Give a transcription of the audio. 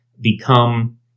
become